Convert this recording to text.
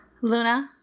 Luna